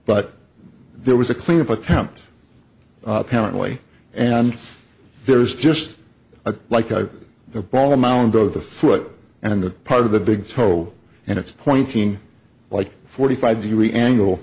but there was a clean up attempt apparently and there's just a like a the ball amount of the foot and the part of the big toe and it's pointing like forty five degree angle